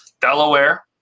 Delaware